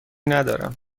ندارم